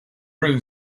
really